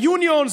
ה-unions,